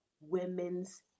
women's